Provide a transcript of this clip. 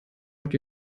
hat